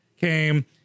came